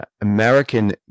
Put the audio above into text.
American